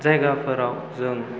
जायगाफोराव जों